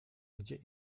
gdzie